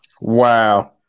Wow